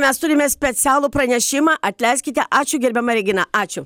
mes turime specialų pranešimą atleiskite ačiū gerbiama regina ačiū